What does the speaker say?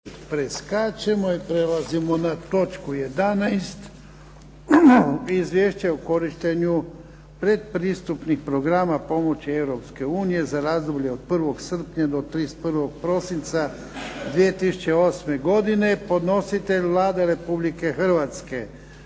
preskačemo. Prelazimo na točku 11. - Izvješće o korištenju pretpristupnih programa pomoći Europske unije za razdoblje od 1. srpnja do 31. prosinca 2008. godine Podnositelj je Vlada Republike Hrvatske.